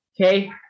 Okay